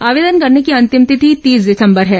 आवेदन करने की अंतिम तिथि तीन दिसंबर है